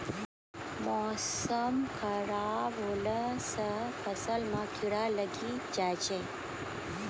मौसम खराब हौला से फ़सल मे कीड़ा लागी जाय छै?